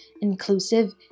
inclusive